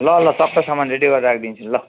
ल ल सबै सामान रेडी गरेर राखिदिन्छु ल